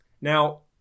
Now